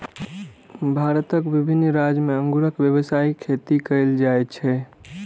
भारतक विभिन्न राज्य मे अंगूरक व्यावसायिक खेती कैल जाइ छै